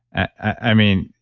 i mean,